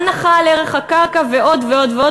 הנחה על ערך הקרקע ועוד ועוד,